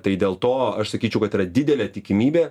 tai dėl to aš sakyčiau kad yra didelė tikimybė